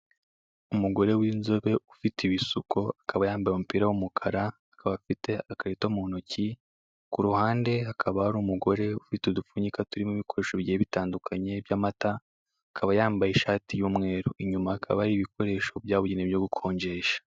Umugore w'inzobe ufite ibisuko, akaba yambaye umupira w'umukara, akaba afite akarito mu ntoki. Ku ruhande hakaba hari umugore ufite udupfunyika turimo ibikoresho bigiye bitandukanye by'amata, akaba yambaye ishati y'umweru. Inyuma hakaba hari ibikoresho byabugenewe byo gukonjesha.